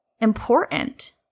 important